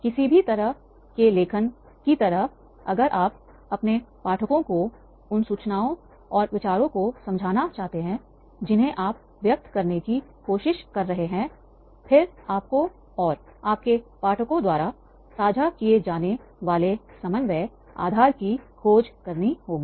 किसी भी तरह के लेखन की तरह अगर आप अपने पाठकों को उन सूचनाओं और विचारों को समझाना चाहते हैं जिन्हें आप व्यक्त करने की कोशिश कर रहे हैंफिर आपको और आपके पाठकों द्वारा साझा किए जाने वाले सामान्य आधार की खोज करनी होगी